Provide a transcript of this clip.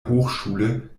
hochschule